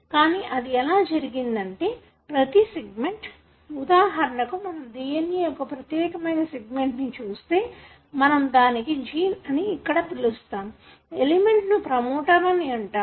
కానీ అది ఎలా జరిగిందంటే ప్రతి సెగ్మెంట్ ఉదాహరణకు మనం DNA యొక్క ప్రత్యేకమైన సెగ్మెంట్ ను చూస్తే మనం దానికి జీన్ అని ఇక్కడ పిలుస్తాము ఎలిమెంట్ ను ప్రమోటర్ అని అంటాము